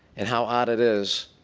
and how odd it is,